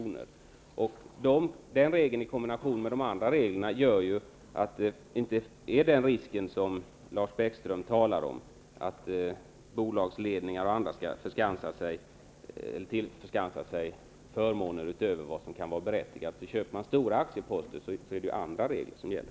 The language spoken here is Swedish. Den regeln i kombination med de andra reglerna gör att det ine föreligger en sådan risk som Lars Bäckström talar om, att bolagsledningar och andra skall tillförskansa sig förmåner utöver vad som kan vara berättigat. Köper man stora aktieposter är det andra regler som gäller.